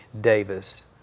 Davis